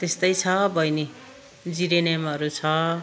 त्यस्तै छ बहिनी जेरिनियमहरू छ